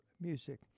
music